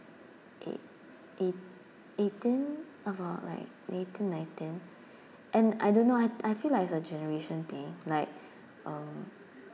eight~ eight~ eighteen about like eighteen nineteen and I don't know I I feel like it's a generation thing like um